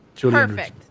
perfect